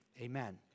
amen